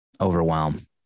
overwhelm